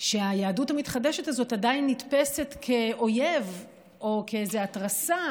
שהיהדות המתחדשת הזאת עדיין נתפסת כאויב או כאיזו התרסה,